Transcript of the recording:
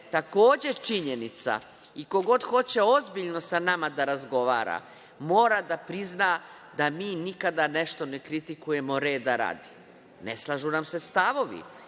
takođe činjenica i ko god hoće ozbiljno sa nama da razgovara mora da prizna da mi nikada nešto ne kritikujemo reda radi. Ne slažu nam se stavovi,